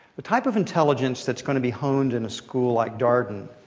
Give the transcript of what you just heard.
the type of intelligence that's going to be honed in a school like darden,